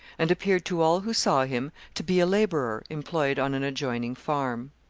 and appeared to all who saw him to be a labourer employed on an adjoining farm.